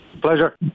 Pleasure